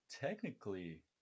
technically